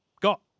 got